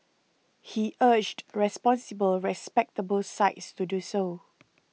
he urged responsible respectable sites to do so